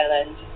island